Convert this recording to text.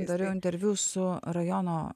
dariau interviu su rajono